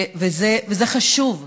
וזה חשוב.